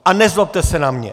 A nezlobte se na mě.